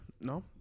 No